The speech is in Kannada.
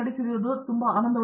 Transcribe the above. ನಮ್ಮನ್ನು ಸೇರಲು ತುಂಬಾ ಧನ್ಯವಾದಗಳು